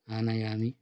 आनयामि